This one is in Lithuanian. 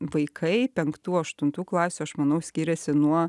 vaikai penktų aštuntų klasių aš manau skyrėsi nuo